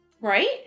right